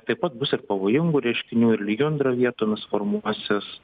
taip pat bus ir pavojingų reiškinių ir lijundra vietomis formuosis